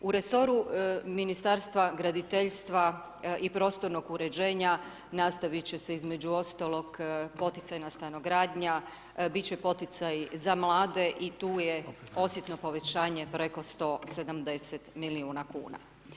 U resoru Ministarstva graditeljstva i prostornog uređenja nastaviti će se između ostalog poticajna stanogradnja, biti će poticaji za mlade i tu je osjetno povećanje, preko 170 milijuna kn.